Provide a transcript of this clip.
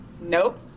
Nope